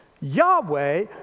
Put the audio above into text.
Yahweh